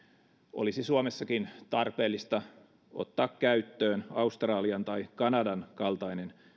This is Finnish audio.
olisi suomessakin tarpeellista ottaa käyttöön australian tai kanadan kaltainen